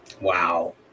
Wow